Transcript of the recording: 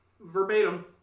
verbatim